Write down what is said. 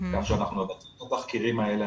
כך שאנחנו מבצעים את התחקירים האלה,